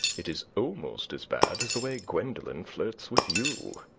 it is almost as bad as the way gwendolen flirts with you.